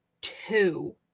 two